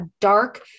dark